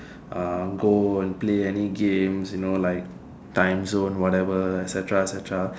go and play any games like timezone whatever et cetera et cetera